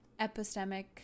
epistemic